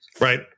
Right